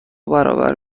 برابر